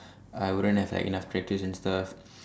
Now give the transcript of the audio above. I wouldn't have like enough practice and stuff